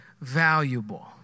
valuable